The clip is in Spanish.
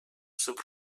sub